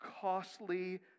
costly